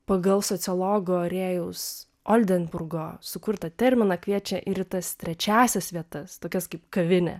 pagal sociologo rėjaus oldenburgo sukurtą terminą kviečia ir į tas trečiąsias vietas tokias kaip kavinė